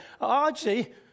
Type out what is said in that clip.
Archie